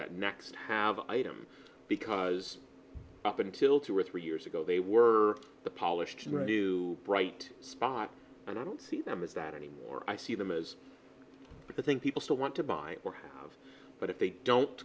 that next have item because up until two or three years ago they were the polish to do bright spot and i don't see them as that anymore i see them as the thing people still want to buy or have but if they don't